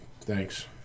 thanks